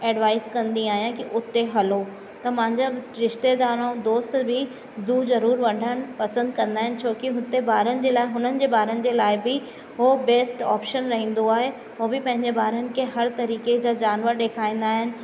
advice कंदी आहियां कि हुते हलो त मांजा रिश्तदार ऐं दोस्त बि ज़ू ज़रूरु वञण पसंदि कंदा आहिनि छो कि हुते ॿारनि जे लाइ हुननि जे ॿारनि जे लाइ बि हो बेस्ट ऑपशन रहंदो आहे उहो बि पंहिंजे ॿारनि खे हर तरीक़े जा जानवर ॾेखारींदा आहिनि